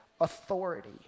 authority